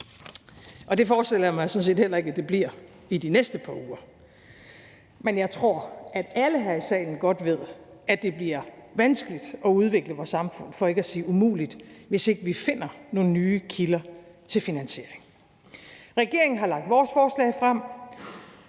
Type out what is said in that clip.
og det forestiller jeg mig sådan set heller ikke at det bliver i de næste par uger, men jeg tror, at alle her i salen godt ved, at det bliver vanskeligt at udvikle vores samfund, for ikke at sige umuligt, hvis ikke vi finder nogle nye kilder til finansiering. Regeringen har lagt vores forslag frem.